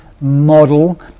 model